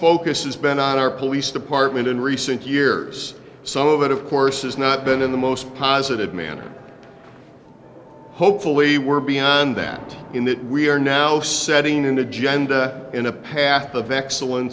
focus has been on our police department in recent years some of it of course has not been in the most positive manner hopefully we're beyond that in that we are now setting an agenda in a path of excellen